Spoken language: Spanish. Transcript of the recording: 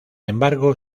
embargo